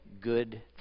good